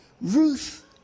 Ruth